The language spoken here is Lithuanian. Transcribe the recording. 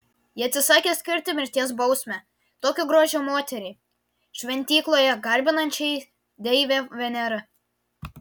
jie atsisakė skirti mirties bausmę tokio grožio moteriai šventykloje garbinančiai deivę venerą